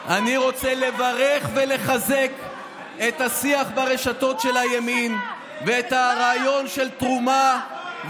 אני רוצה לברך ולחזק את השיח ברשתות של הימין ואת הרעיון של תרומה,